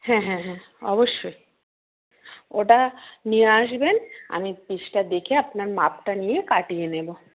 হ্যাঁ হ্যাঁ হ্যাঁ অবশ্যই ওটা নিয়ে আসবেন আমি পিসটা দেখে আপনার মাপটা নিয়ে কাটিয়ে নেব